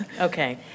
Okay